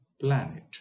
planet